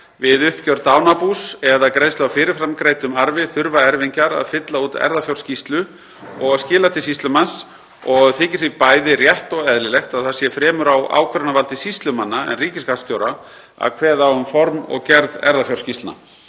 Við uppgjör dánarbús eða greiðslu á fyrirframgreiddum arfi þurfa erfingjar að fylla út erfðafjárskýrslu og skila til sýslumanns og þykir því bæði rétt og eðlilegt að það sé fremur á ákvörðunarvaldi sýslumanna en ríkisskattstjóra að kveða á um form og gerð erfðafjárskýrslna.